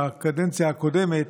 בקדנציה הקודמת,